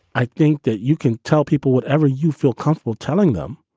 i think that you can tell people whatever you feel comfortable telling them.